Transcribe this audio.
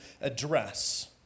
address